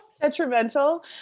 detrimental